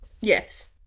Yes